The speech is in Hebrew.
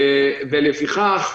לפיכך,